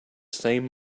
same